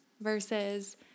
Versus